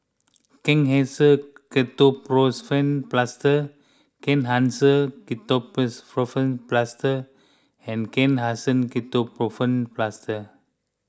Kenhancer Ketoprofen Plaster Kenhancer Ketoprofen Plaster and Kenhancer Ketoprofen Plaster